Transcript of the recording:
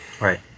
Right